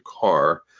car